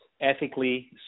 ethically